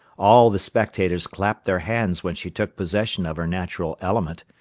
all the spectators clapped their hands when she took possession of her natural element,